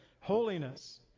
holiness